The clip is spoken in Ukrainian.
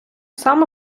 само